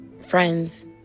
friends